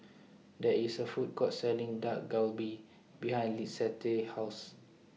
There IS A Food Court Selling Dak Galbi behind Lissette House